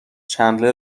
چندلر